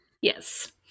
yes